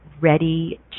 ready